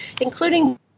including